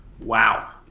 wow